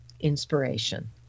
inspiration